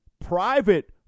private